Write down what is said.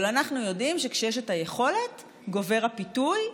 אבל אנחנו יודעים שכשיש יכולת גובר הפיתוי,